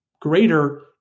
greater